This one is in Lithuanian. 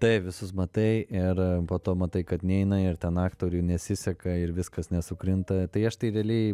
taip visus matai ir po to matai kad neina ir ten aktoriui nesiseka ir viskas nesukrinta tai aš tai realiai